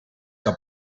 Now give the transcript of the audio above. que